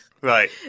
Right